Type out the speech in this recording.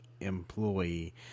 employee